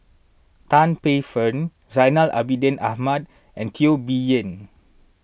Tan Paey Fern Zainal Abidin Ahmad and Teo Bee Yen